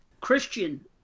Christian